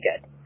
good